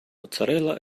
mozzarella